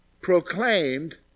proclaimed